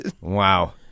Wow